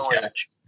catch